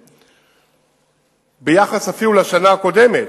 אפילו ביחס לשנה הקודמת,